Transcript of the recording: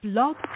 Blog